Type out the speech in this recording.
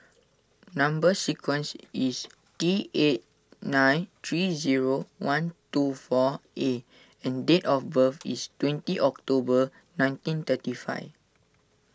Number Sequence is T eight nine three zero one two four A and date of birth is twenty October nineteen thirty five